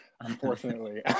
unfortunately